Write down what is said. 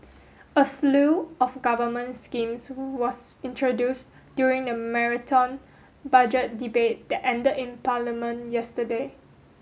a slew of government schemes was introduced during the marathon Budget Debate that ended in Parliament yesterday